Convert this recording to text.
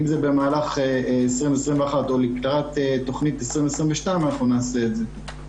אם זה במהלך 21-20 או לקראת 20-22 אנחנו נעשה את זה.